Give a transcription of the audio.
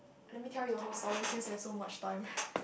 let me tell you a whole story since you have so much time